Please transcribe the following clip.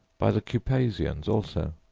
by the cupasians also.